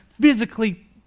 physically